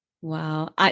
Wow